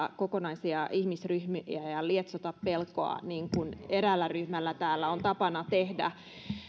kokonaisia ihmisryhmiä ja lietso pelkoa niin kuin eräällä ryhmällä täällä on tapana tehdä